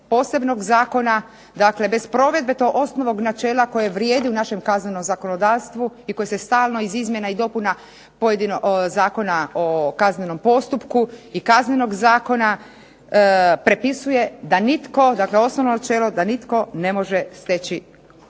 posebnog zakona, dakle bez provedbe tog osnovnog načela koje vrijedi u našem kaznenom zakonodavstvu i koje se stalno iz izmjena i dopuna Zakona o kaznenom postupku i Kaznenog zakona prepisuje, da nitko, dakle osnovno načelo da nitko ne može steći,